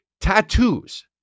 tattoos